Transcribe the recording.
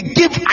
give